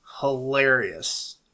hilarious